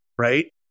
Right